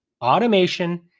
automation